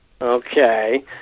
okay